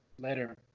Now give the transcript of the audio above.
later